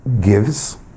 gives